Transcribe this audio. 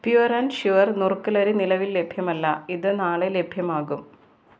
pure and sure നുറുക്കലരി നിലവിൽ ലഭ്യമല്ല ഇത് നാളെ ലഭ്യമാകും